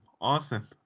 Awesome